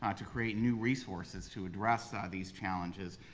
um to create new resources to address ah these challenges.